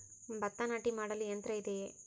ಭತ್ತ ನಾಟಿ ಮಾಡಲು ಯಂತ್ರ ಇದೆಯೇ?